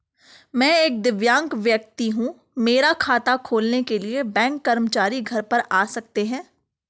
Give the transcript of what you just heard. मैं एक दिव्यांग व्यक्ति हूँ मेरा खाता खोलने के लिए बैंक कर्मचारी मेरे घर पर आ सकते हैं?